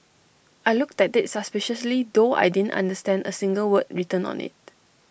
I looked at IT suspiciously though I didn't understand A single word written on IT